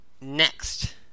Next